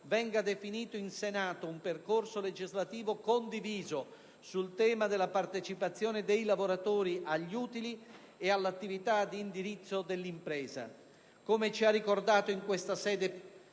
venga definito, in Senato, un percorso legislativo condiviso sul tema della partecipazione dei lavoratori agli utili e all'attività di indirizzo dell'impresa.